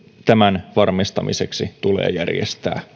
tämän varmistamiseksi tulee järjestää